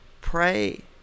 pray